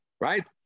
right